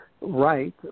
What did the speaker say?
right